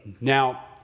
Now